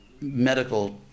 medical